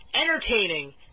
entertaining